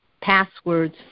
passwords